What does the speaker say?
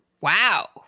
wow